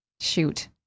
Shoot